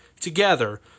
Together